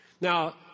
Now